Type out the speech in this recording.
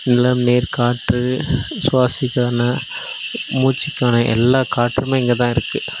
நிலம் நீர் காற்று சுவாசிக்கான மூச்சிக்கான எல்லா காற்றுமே இங்கே தான் இருக்குது